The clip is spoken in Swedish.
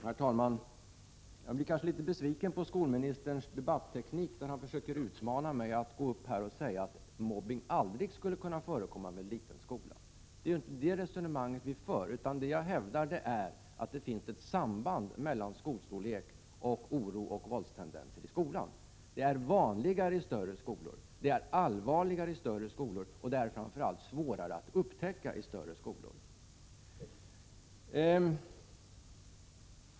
Herr talman! Jag blir litet besviken över skolministerns debatteknik när han försöker utmana mig att gå upp och säga att mobbning aldrig skulle kunna förekomma i en liten skola. Det är ju inte detta resonemang vi för. Vad jag hävdar är att det finns ett samband mellan skolstorlek och oro och våldstendenser i skolan. Sådant är vanligare i större skolor, det är allvarligare i större skolor och det är framför allt svårare att upptäcka i större skolor.